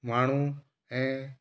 माण्हू ऐं